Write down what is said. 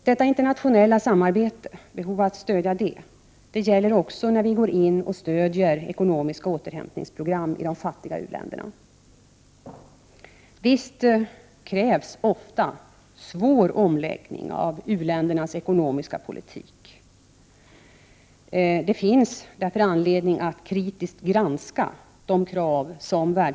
Behovet av att stödja detta internationella samarbete gäller också när vi går in och stödjer ekonomiska återhämtningsprogram i de fattiga u-länderna. Visst krävs ofta en svår omläggning av u-ländernas ekonomiska politik! Det finns därför anledning att kritiskt granska de krav som Världsbanken och Prot.